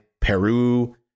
Peru